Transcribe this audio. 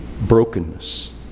brokenness